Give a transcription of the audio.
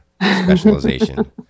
Specialization